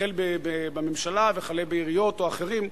החל בממשלה וכלה בעיריות או אחרים,